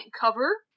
cover